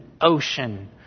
ocean